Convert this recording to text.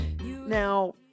Now